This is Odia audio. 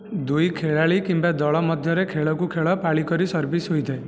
ଦୁଇ ଖେଳାଳି କିମ୍ବା ଦଳ ମଧ୍ୟରେ ଖେଳକୁ ଖେଳ ପାଳିକରି ସର୍ଭିସ୍ ହୋଇଥାଏ